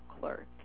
clerk